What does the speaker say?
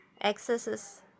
excesses